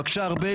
בבקשה, ארבל.